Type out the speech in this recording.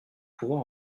pouvoir